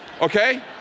okay